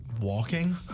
Walking